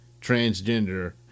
transgender